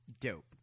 dope